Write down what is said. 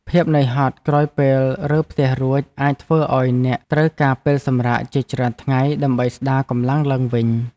ភាពនឿយហត់ក្រោយពេលរើផ្ទះរួចអាចធ្វើឱ្យអ្នកត្រូវការពេលសម្រាកជាច្រើនថ្ងៃដើម្បីស្ដារកម្លាំងឡើងវិញ។